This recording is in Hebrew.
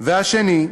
השנייה,